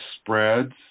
spreads